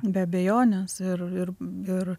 be abejonės ir ir ir